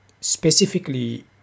specifically